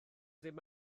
ddim